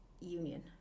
union